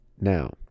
now